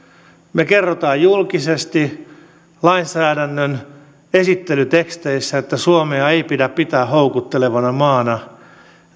me kerromme julkisesti lainsäädännön esittelyteksteissä että suomea ei pidä pitää houkuttelevana maana